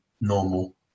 normal